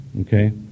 Okay